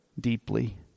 deeply